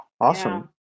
Awesome